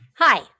Hi